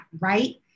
right